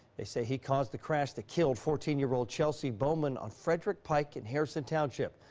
they say he caused the crash that killed fourteen year old chelsea bowman on frederick pike in harrison township.